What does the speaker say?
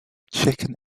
chicken